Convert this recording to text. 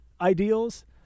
ideals